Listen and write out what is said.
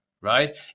right